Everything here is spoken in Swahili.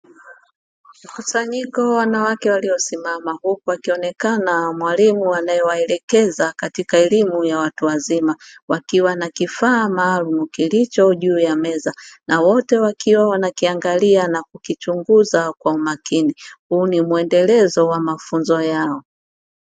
Mkusanyiko wa wanawake waliosimama, huku akionekana mwalimu anayewaelekeza katika elimu ya watu wazima; wakiwa na kifaa maalumu kilicho juu ya meza na wote wakiwa wanakiangalia na kukichunguza kwa umakini. Huu ni muendelezo wa mafunzo yao.